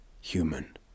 human